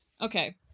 Okay